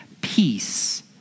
peace